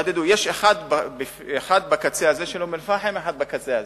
יש אחת בקצה הזה של אום-אל-פחם, אחת בקצה הזה.